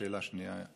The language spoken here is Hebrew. שאלה שנייה,